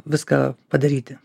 viską padaryti